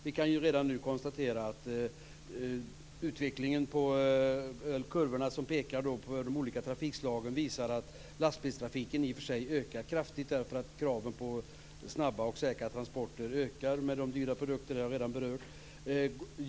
Vi kan ju redan nu konstatera att kurvorna för de olika trafikslagen visar att lastbilstrafiken i och för sig ökar kraftigt därför att kraven på snabba och säkra transporter med dyra produkter ökar. Det har jag redan berört.